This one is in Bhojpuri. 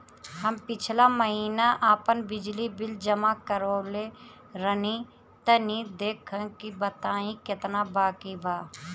हम पिछला महीना आपन बिजली बिल जमा करवले रनि तनि देखऽ के बताईं केतना बाकि बा?